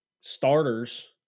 starters